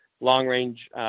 long-range